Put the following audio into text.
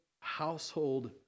household